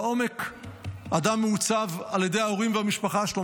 בעומק אדם מעוצב על ידי ההורים והמשפחה שלו,